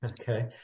Okay